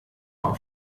auf